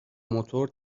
موتور